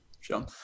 Sure